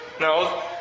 No